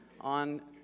on